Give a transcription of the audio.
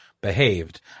behaved